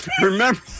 Remember